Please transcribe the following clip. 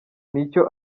nicyo